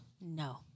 No